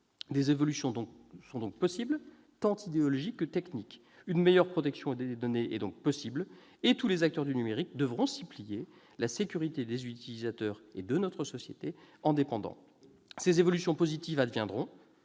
Des évolutions sont donc possibles, tant idéologiques que techniques. On peut envisager une meilleure protection des données, et tous les acteurs du numérique devront s'y plier car la sécurité des utilisateurs et de notre société en dépend. Ces évolutions positives adviendront,